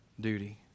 duty